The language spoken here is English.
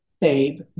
babe